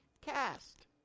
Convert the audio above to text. cast